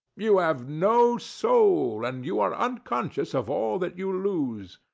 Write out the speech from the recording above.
you have no soul and you are unconscious of all that you lose.